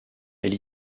elle